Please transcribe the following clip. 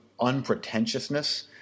unpretentiousness